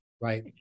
Right